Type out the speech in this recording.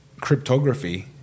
cryptography